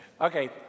Okay